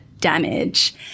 damage